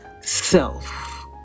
self